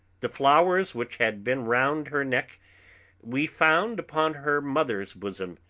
the flowers which had been round her neck we found upon her mother's bosom,